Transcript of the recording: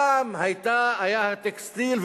פעם היה הטקסטיל,